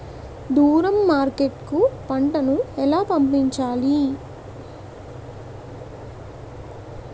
దూరం మార్కెట్ కు పంట ను ఎలా పంపించాలి?